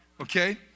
Okay